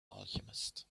alchemist